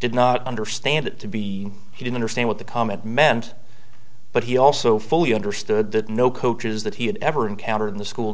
did not understand it to be he didn't understand what the comment meant but he also fully understood that no coaches that he had ever encountered in the school